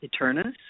Eternus